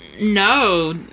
no